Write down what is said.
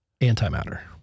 Antimatter